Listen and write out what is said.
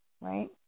right